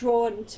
Drawn